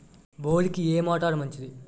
బోరుకి ఏ మోటారు మంచిది?